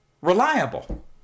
reliable